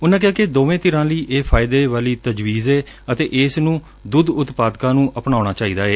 ਉਨਾਂ ਕਿਹਾ ਕਿ ਦੋਵੇਂ ਧਿਰਾਂ ਲਈ ਇਹ ਫਾਇਦੇ ਵਾਲੀ ਤਜਵੀਜ਼ ਏ ਅਤੇ ਇਸ ਨੂੰ ਦੁੱਧ ਉਤਪਾਦਕਾਂ ਨੂੰ ਅਪਣਾਉਣਾ ਚਾਹੀਦਾ ਏ